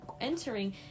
entering